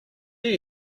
you